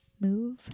move